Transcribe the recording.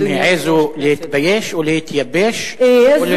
נדמה לי, הם העזו להתבייש או להתייבש, או, ?